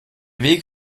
weg